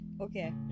okay